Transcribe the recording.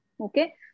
Okay